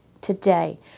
today